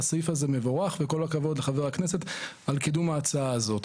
והסעיף הזה מבורך וכל הכבוד לחבר הכנסת על קידום ההצעה הזאת.